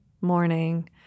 morning